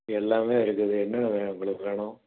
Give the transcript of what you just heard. எல்லாமே இருக்குது என்ன வேணும் உங்களுக்கு வேணும்